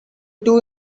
two